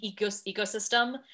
ecosystem